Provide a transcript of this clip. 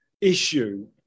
issue